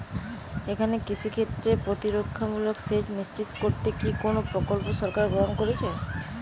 এখানে কৃষিক্ষেত্রে প্রতিরক্ষামূলক সেচ নিশ্চিত করতে কি কোনো প্রকল্প সরকার গ্রহন করেছে?